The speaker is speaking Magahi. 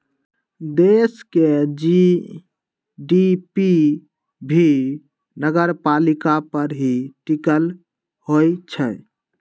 देश के जी.डी.पी भी नगरपालिका पर ही टिकल होई छई